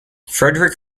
frederick